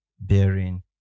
bearing